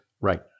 Right